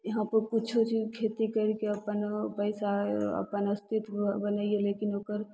यहाँ पर किछु चीजके खेती करिके अपन पैसा अपन अस्तित्व बनैऐ लेकिन ओकर